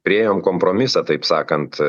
priėjom kompromisą taip sakant